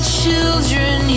children